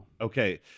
Okay